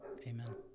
Amen